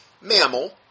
mammal